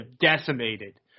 decimated